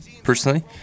personally